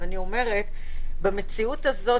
במציאות הזו,